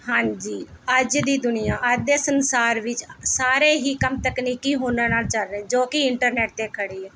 ਹਾਂਜੀ ਅੱਜ ਦੀ ਦੁਨੀਆ ਅੱਜ ਦੇ ਸੰਸਾਰ ਵਿੱਚ ਸਾਰੇ ਹੀ ਕੰਮ ਤਕਨੀਕੀ ਹੁਨਰ ਨਾਲ਼ ਚੱਲ ਰਹੇ ਜੋ ਕਿ ਇੰਟਰਨੈੱਟ 'ਤੇ ਖੜੀ ਹੈ